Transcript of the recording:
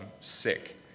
sick